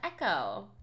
Echo